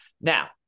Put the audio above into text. Now